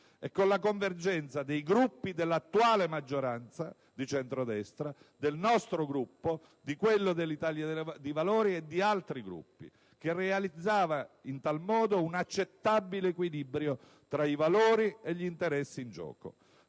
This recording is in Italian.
e con la convergenza dei Gruppi dell'attuale maggioranza di centrodestra, del nostro Gruppo, di quello dell'Italia dei Valori e di altri, che realizzava in tal modo un'accettabile equilibrio tra i valori e gli interessi in gioco.